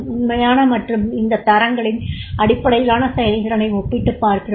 உண்மையான மற்றும் இந்தத் தரங்களின் அடிப்படையிலான செயல்திறனை ஒப்பிட்டுப் பார்க்கிறோம்